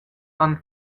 han